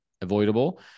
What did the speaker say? avoidable